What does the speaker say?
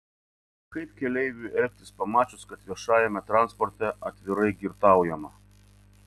kaip keleiviui elgtis pamačius kad viešajame transporte atvirai girtaujama